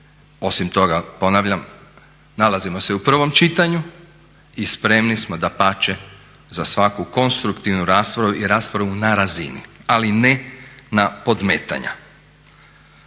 Osim toga ponavljam, nalazimo se u prvom čitanju i spremni smo dapače za svaku konstruktivnu raspravu i raspravu na razini, ali ne na podmetanja.